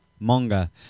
Manga